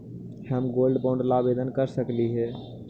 हम gold bond ला आवेदन कर सकली हे?